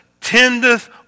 tendeth